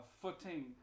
footing